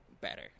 better